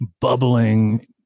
bubbling